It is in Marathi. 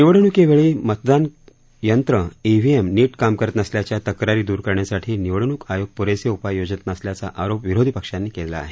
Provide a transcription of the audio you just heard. निवडण्कीवेळी मतदान यंत्र ईवीएम नीट काम करत नसल्याच्या तक्रारी दूर करण्यासाठी निवडणूक आयोग प्रेसे उपाय योजत नसल्याचा आरोप विरोधी पक्षांनी केला आहे